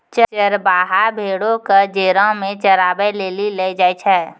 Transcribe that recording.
चरबाहा भेड़ो क जेरा मे चराबै लेली लै जाय छै